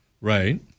right